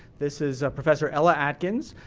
this is professor ella atkins,